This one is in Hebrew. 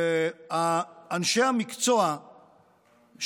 אנשי המקצוע,